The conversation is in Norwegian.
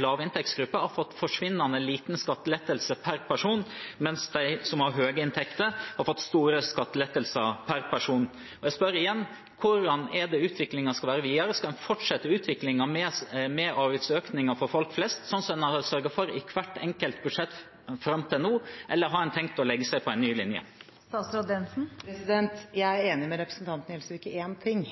Lavinntektsgruppene har fått forsvinnende lite skattelettelse per person, mens de som har høye inntekter, har fått store skattelettelser per person. Jeg spør igjen: Hvordan skal utviklingen være videre? Skal en fortsette utviklingen med avgiftsøkninger for folk flest, slik en har sørget for i hvert enkelt budsjett fram til nå, eller har en tenkt å legge seg på en ny linje? Jeg er enig med representanten Gjelsvik i én ting,